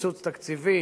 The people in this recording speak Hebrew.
בקיצוץ תקציבי,